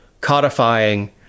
codifying